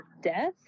death